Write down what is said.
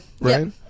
Right